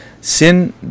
sin